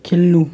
खेल्नु